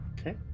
Okay